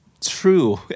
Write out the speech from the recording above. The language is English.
true